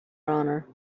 honor